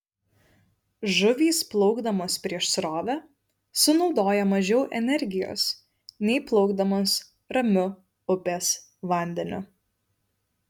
žuvys plaukdamos prieš srovę sunaudoja mažiau energijos nei plaukdamos ramiu upės vandeniu